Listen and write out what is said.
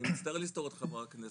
אני מצטער לסתור אותך חברת הכנסת.